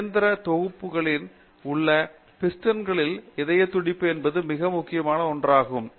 இயந்திர தொகுதிகள் மற்றும் பிஸ்டன்களிலும் இதய துடிப்பு என்பது முக்கிய பிரச்சனையாகும்